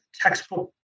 textbook